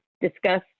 discuss